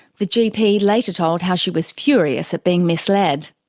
the gp later told how she was furious at being misled.